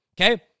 Okay